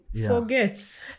forget